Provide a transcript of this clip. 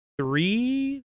three